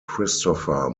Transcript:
christopher